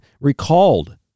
recalled